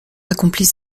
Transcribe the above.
accomplit